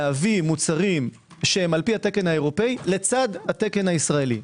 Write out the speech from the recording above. להביא מוצרים שהם על פי התקן האירופאי לצד התקן הישראלי.